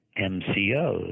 MCOs